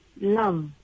love